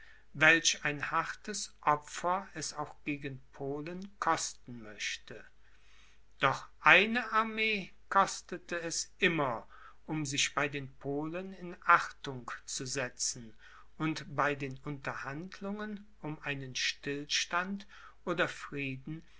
welch ein hartes opfer es auch gegen polen kosten möchte doch eine armee kostete es immer um sich bei den polen in achtung zu setzen und bei den unterhandlungen um einen stillstand oder frieden